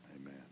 Amen